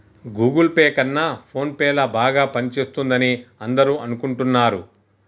Google Pay కన్నా PhonePe ల బాగా పనిచేస్తుందని అందరూ అనుకుంటున్నారు